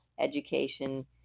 education